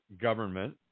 government